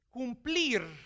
cumplir